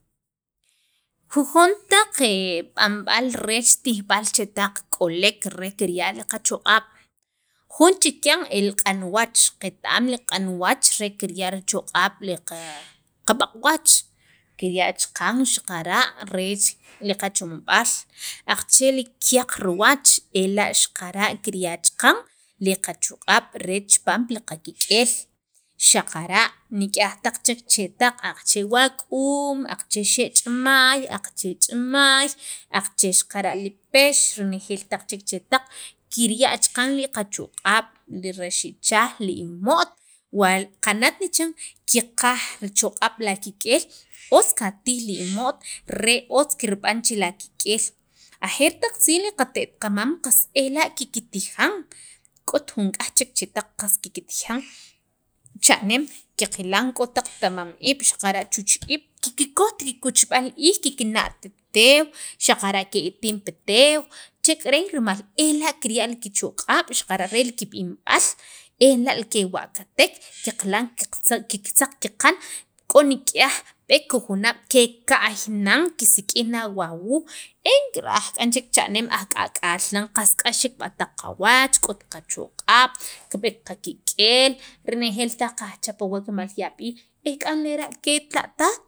jujon taq b'anb'al reech ritijb'al chetaq k'olek rel kirya' qach'q'ab' jun chikyan el q'an wach qet- am che li q'an wach re kirya' qachoq'ab' qab'aq' wach kirya' chaqan xaqara' re qachomob'al aqachee' li kyaq riwach ela' xaqara' kirya' chaqan li kachoq'a'b' re chipaam li qakik'eel xaqara' nik'yaj chek chetaq aqache' wak'uum, aqache' xe' ch'aamy, aqache ch'imaay, aqache li pex renejeel taq chetaq kirya' chaqan li qachoq'a'b li rax ichaj li imo't kiqaj richoq'ab' la kik'eel otz katij li imor re otz kirb'an che akik'eel kik'eel ajeer taq tziij li qate't qamam qas ela' kiktijan k'ot jun k'aj chek chetaq qas kiktijan cha'neem qaqilan k'o taq ta'mama iib' xaqara' chuch iib' kikkojt kuchb'al iij kikna't teew xaqara' ke itin pi teew chek'eren rimal ela' kirya' kichoq'ab' xaqara' re kib'nb'al ela' kiwa'katek kiktza kiqan k'o nik'yaj b'eek kijunab' keka'y nan kiksik'ij nan wa wuuj en k'a ra'aj k'an e chek cha'neem aj k'aka'al nan k'ax chek b'ataq qawach k'ot qachoq'ab' kib'eek qakik'el qanejel taj kechapaw pi yab'iil ek'an lera' ket la taj